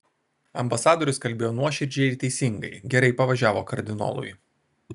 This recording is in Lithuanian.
ambasadorius kalbėjo nuoširdžiai ir teisingai gerai pavažiavo kardinolui